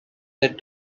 said